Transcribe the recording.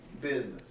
business